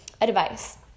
advice